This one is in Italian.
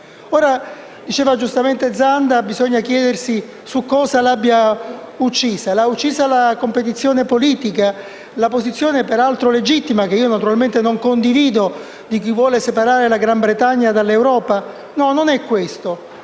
Come diceva giustamente il senatore Zanda, bisogna chiedersi cosa l'abbia uccisa. L'ha uccisa la competizione politica? La posizione, peraltro legittima - che io naturalmente non condivido - di chi vuole separare la Gran Bretagna dall'Europa? No, non è questo.